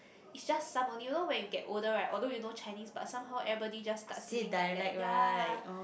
is just some only you know when you get older right although you know Chinese but somehow everybody just start using dialect ya